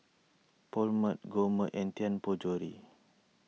Poulet Gourmet and Tianpo Jewellery